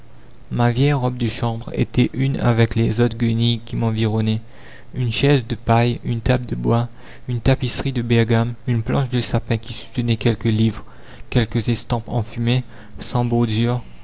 ma vieille robe de chambre était une avec les autres guenilles qui m'environnaient une chaise de paille une table de bois une tapisserie de bergame une planche de sapin qui soutenait quelques livres quelques estampes enfumées sans bordure